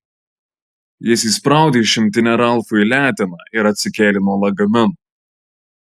jis įspraudė šimtinę ralfui į leteną ir atsikėlė nuo lagamino